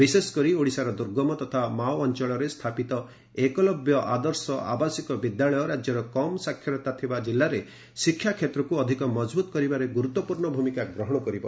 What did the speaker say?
ବିଶେଷକରି ଓଡ଼ିଶାର ଦ୍ରର୍ଗମ ତଥା ମାଓ ଅଞ୍ଚଳରେ ସ୍ଥାପିତ ଏକଲବ୍ୟ ଆଦର୍ଶ ଆବାସିକ ବିଦ୍ୟାଳୟ ରାଜ୍ୟର କମ୍ ସାକ୍ଷରତା ଥିବା କିଲ୍ଲାରେ ଶିକ୍ଷା କ୍ଷେତ୍ରକୁ ଅଧିକ ମଜବୁତ୍ କରିବାରେ ଗୁରୁତ୍ୱପୂର୍ଣ୍ଣ ଭୂମିକା ଗ୍ରହଣ କରିବ